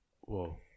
Whoa